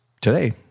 today